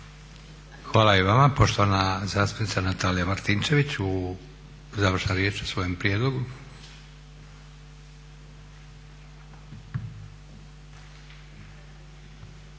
Hvala i vama. Poštovana zastupnica Natalija Martinčević u završnoj riječi o svojem prijedlogu.